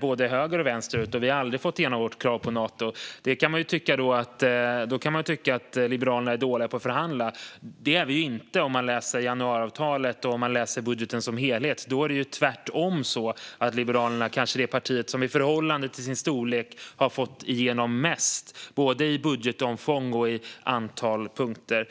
både högerut och vänsterut, och vi har aldrig fått igenom vårt krav om Nato. Då kan man tycka att Liberalerna är dåliga på att förhandla. Det är vi inte. Om man läser januariavtalet och budgeten som helhet ser man att Liberalerna tvärtom kanske är det parti som i förhållande till sin storlek har fått igenom mest, både i budgetomfång och i antal punkter.